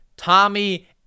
tommy